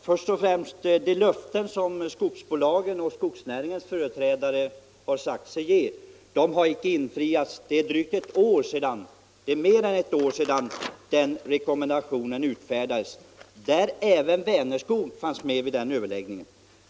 Herr talman! De löften som skogsbolagen och skogsnäringens företrädare givit har inte infriats. Det är mer än ett år sedan den rekommendation utfärdades då även Vänerskog deltog i överläggningarna.